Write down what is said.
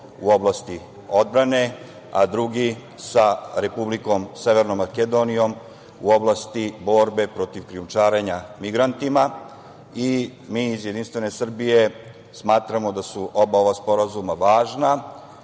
u oblasti odbrane, a drugi sa Republikom Severnom Makedonijom u oblasti borbe protiv krijumčarenja migrantima. Mi iz JS smatramo da su oba ova sporazuma važna